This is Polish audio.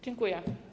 Dziękuję.